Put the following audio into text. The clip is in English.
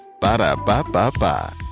Ba-da-ba-ba-ba